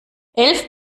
elf